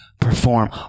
perform